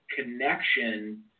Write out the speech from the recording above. connection